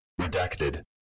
Redacted